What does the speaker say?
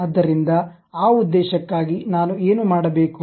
ಆದ್ದರಿಂದ ಆ ಉದ್ದೇಶಕ್ಕಾಗಿ ನಾನು ಏನು ಮಾಡಬೇಕು